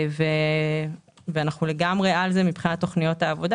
אנו לגמרי על זה מבחינת תוכניות העבודה.